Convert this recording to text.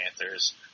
Panthers